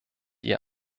ihr